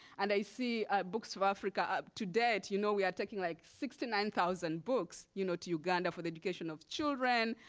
and i see ah books for africa. ah to date, you know we are taking like sixty nine thousand books you know to uganda for the education of children,